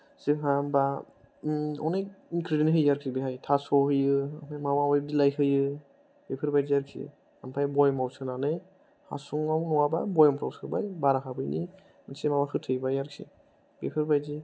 जोंहा ओमबा अनेक इनग्रेदियेन्त होयो आरोखि बेहाय थास' होयो ओमफ्राय माबा माबि बिलाइ होयो बेफोरबायदि आरोखि ओमफ्राय भयामाव सोनानै हासुंआव नङाबा भयामफ्राव सोनानै बार हाबैनि मोनसे माबा होथेबाय आरोखि बेफोरबायदि